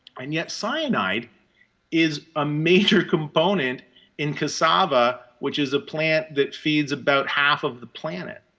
and yet cyanide is a major component in cassava, which is a plant that feeds about half of the planet.